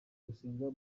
gusenga